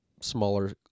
smaller